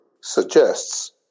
suggests